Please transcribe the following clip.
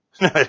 No